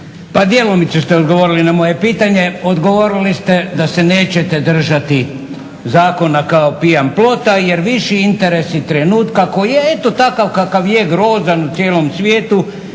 Pa djelomice ste odgovorili na moje pitanje. Odgovorili ste da se nećete držati zakona kao pijan plota jer viši interesi trenutka, koji je eto takav kakav je grozan cijelom svijetu,